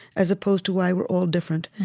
as opposed to why we're all different.